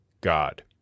God